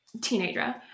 teenager